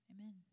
amen